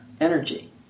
energy